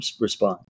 respond